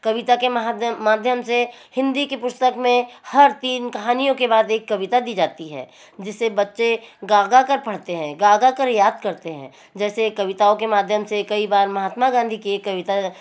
कविता के माध्यम से हिंदी की पुस्तक में हर तीन कहानियों के बाद एक कविता दी जाती है जिसे बच्चे गा गाकर पढ़ते हैं गा गाकर याद करते हैं जैसे कविताओं के माध्यम से कई बार महात्मा गाँधी की एक कविता